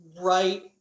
right